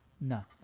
No